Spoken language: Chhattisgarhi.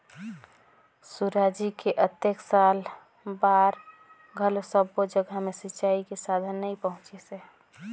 सुराजी के अतेक साल बार घलो सब्बो जघा मे सिंचई के साधन नइ पहुंचिसे